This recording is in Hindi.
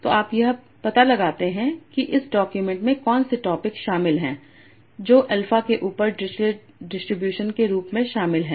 तो आप यह पता लगाते हैं कि इस डॉक्यूमेंट में कौन से टॉपिक् शामिल हैं जो अल्फा के ऊपर डिरिचलेट डिस्ट्रीब्यूशन के रूप में शामिल हैं